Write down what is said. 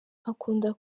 akunda